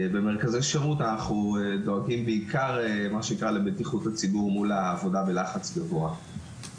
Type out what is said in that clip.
במרכזי שירות אנחנו דואגים בעיקר לבטיחות הציבור מול העבודה בלחץ גבוה.